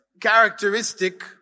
characteristic